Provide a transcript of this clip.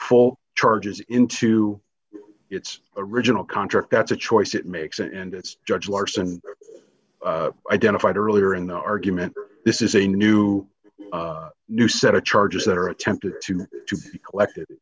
full charges into its original contract that's a choice it makes and it's judge larson identified earlier in the argument this is a new new set of charges that are attempted to be eclect